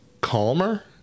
calmer